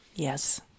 Yes